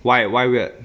why why weird